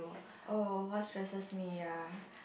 oh what stresses me ya